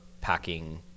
packing